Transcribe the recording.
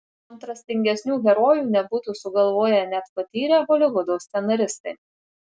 kontrastingesnių herojų nebūtų sugalvoję net patyrę holivudo scenaristai